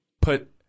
put